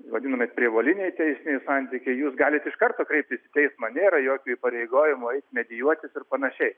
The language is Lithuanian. vadinami prievoliniai teisiniai santykiai jūs galit iš karto kreiptis į teismą nėra jokio įpareigojimo eiti medijuotis ir panašiai